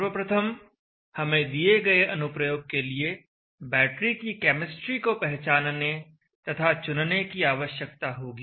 सर्वप्रथम हमें दिए गए अनुप्रयोग के लिए बैटरी की केमिस्ट्री को पहचानने तथा चुनने की आवश्यकता होगी